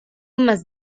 más